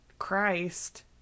Christ